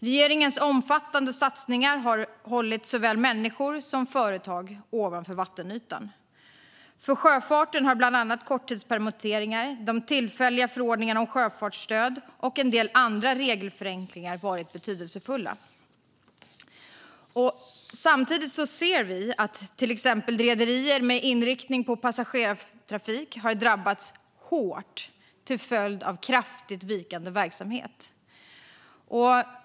Regeringens omfattade satsningar har hållit såväl människor som företag ovanför vattenytan. För sjöfarten har bland annat korttidspermitteringar, den tillfälliga förordningen om sjöfartsstöd och en del andra regelförenklingar varit betydelsefulla. Samtidigt ser vi att exempelvis rederier med inriktning på passagerartrafik har drabbats hårt i form av kraftigt vikande verksamhet.